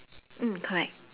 mm correct